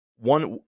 one